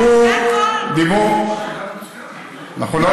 אנחנו רוצים לדעת מה קורה, זה הכול.